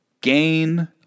gain